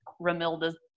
Ramilda's